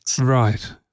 Right